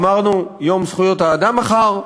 אמרנו: יום זכויות האדם מחר.